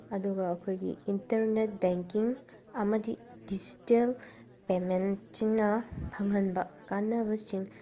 ꯑꯗꯨꯒ ꯑꯩꯈꯣꯏꯒꯤ internet banking ꯑꯃꯗꯤ ꯗꯤꯖꯤꯇꯦꯜ ꯄꯦꯃꯦꯟꯁꯤꯅ ꯐꯪꯍꯟꯕ ꯀꯥꯅꯕꯁꯤꯡ